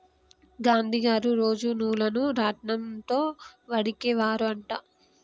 గాంధీ గారు రోజు నూలును రాట్నం తో వడికే వారు అంట